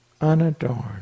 unadorned